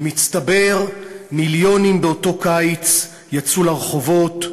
במצטבר, מיליונים באותו קיץ יצאו לרחובות,